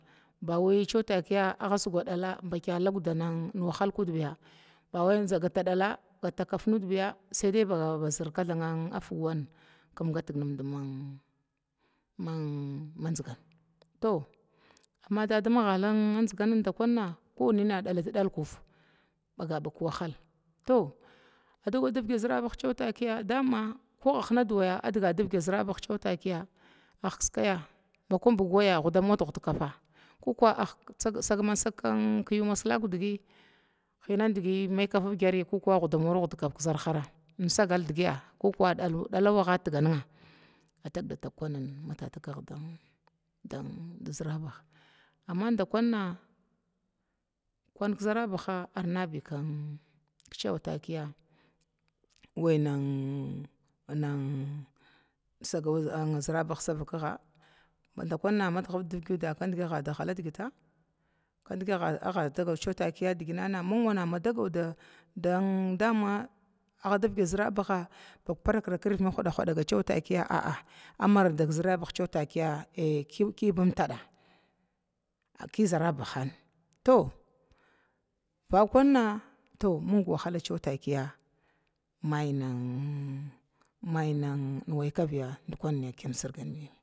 Bawai cewa takiya agga suga dala bakya lagda nin wahal kudya bawai zan gata dala ko zan gata kafa nud biya saidai bazir kathanga figa wa kim gat nimdman mian manzigana, to amma dada magala zigan dakuma kuwaniwa dahit dal kufa baga bag kuwahala, to adago davki zəraba cewa takiya dama ko agga hibadwa agga diggig davga sirabah cewa takiya agkiska bakubu waya hudan wad hud kafa kukuwa sagamat sag kiyu masilak digiya hinah digi makafa logari ko kuwa huda mit hud kizarhara insagal digiya ko kuma dalau watiga niga agga tagda tag kunih din din zərabaha, amma dakunna kun kizarabaha arny kicewa takiya wai nan nan sago zəmbah da vakaga badakunna madigiv diga dauguda kandi agga da galadigita kandgi agga da taki digina nan ming wana madagal dan dama agga dagal davga zərabaha ba a parakraka nirvid mahdaga cewa a'a takiya amarar dana zərabaha cewa takiya ai ki bam ɗada ki zara saha, to vakwan na to min wahala kakiya maynin maynin waikavya dika sirga ninyam ya.